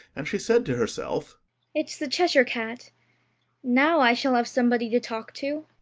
and she said to herself it's the cheshire cat now i shall have somebody to talk to